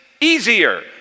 easier